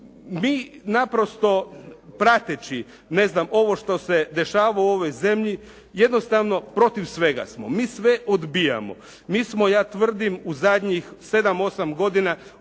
Mi naprosto prateći, ne znam, ovo što se dešava u ovoj zemlji jednostavno protiv svega smo. Mi sve odbijamo. Mi smo, ja tvrdim, u zadnjih 7, 8 godina